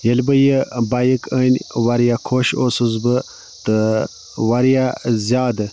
ییٚلہِ بہٕ یہِ بایِک أنۍ واریاہ خۄش اوسُس بہٕ تہٕ واریاہ زیادٕ